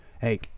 hey